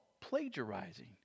plagiarizing